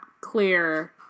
clear